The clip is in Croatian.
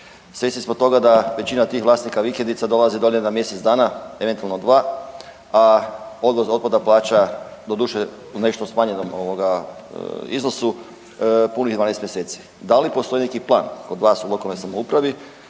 Svjesni smo toga da većina tih vlasnika vikendica dolazi dolje na mjesec dana, eventualno dva, a odvoz otpada plaća, doduše u nešto smanjenom ovoga iznosu punih 12 mjeseci. Da li postoji neki plan kod vas u lokalnoj samoupravi